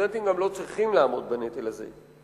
הסטודנטים גם לא צריכים לעמוד בנטל הזה.